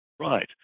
Right